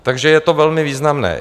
Takže je to velmi významné.